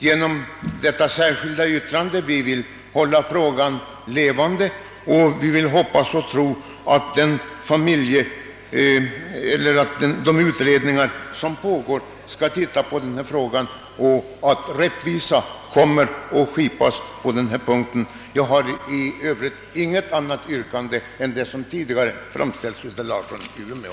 Genom vårt särskilda yttrande har vi velat hålla frågan 1evande, och vi hoppas och tror att utredningen skall undersöka ärendet och att rättvisa kan skipas på denna punkt. Herr talman! Jag har inget annat yrkande än det som tidigare framförts av herr Larsson i Umeå.